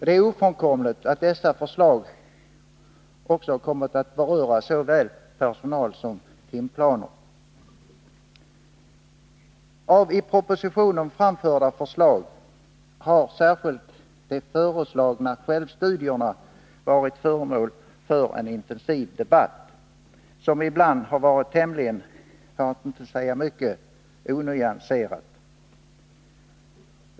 Det är ofrånkomligt att dessa förslag också har kommit att beröra såväl personal som timplaner. Av i propositionen framförda förslag har särskilt självstudierna varit föremål för en intensiv debatt, som ibland varit tämligen — för att inte säga mycket — onyanserad.